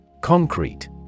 Concrete